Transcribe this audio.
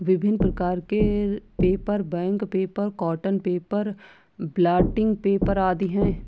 विभिन्न प्रकार के paper, bank paper, cotton paper, blotting paper आदि हैं